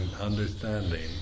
understanding